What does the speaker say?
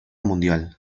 mundial